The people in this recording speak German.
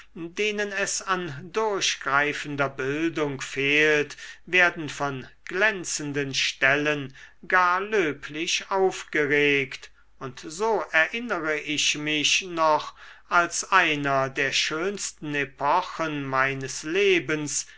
denen es an durchgreifender bildung fehlt werden von glänzenden stellen gar löblich aufgeregt und so erinnere ich mich noch als einer der schönsten epochen meines lebens